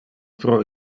pro